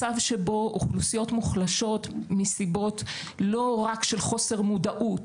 מצב שבו אוכלוסיות מוחלשות מסיבות שהן לא רק של חוסר מודעות,